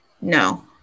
No